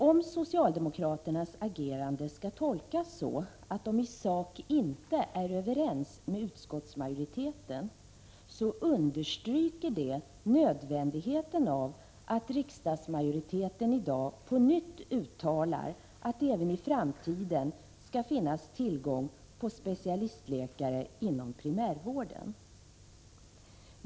Om socialdemokraternas agerande skall tolkas så att de i sak inte är överens med utskottsmajoriteten, understryker det nödvändigheten av att riksdagsmajoriteten i dag på nytt uttalar att det även i framtiden skall finnas tillgång till specialistläkare inom primärvården.